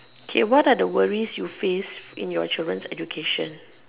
okay what are the worries that you face in your children's education